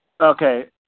Okay